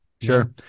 Sure